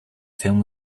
film